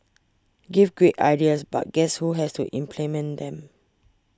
gives great ideas but guess who has to implement them